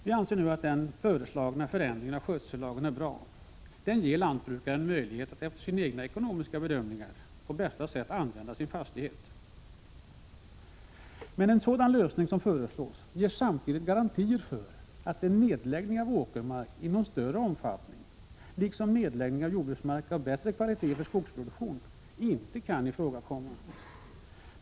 Vi anser att den föreslagna förändringen av skötsellagen är bra. Den ger lantbrukaren möjlighet att efter sina egna ekonomiska bedömningar på bästa sätt använda sin fastighet. En sådan lösning ger samtidigt garantier för att nedläggning av åkermark i någon större omfattning liksom nedläggning av jordbruksmark av bättre kvalitet för skogsproduktion inte kan ifrågakomma.